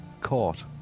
court